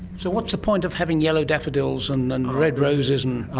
so what's the point of having yellow daffodils and and red roses and?